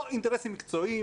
לא אינטרסים מקצועיים,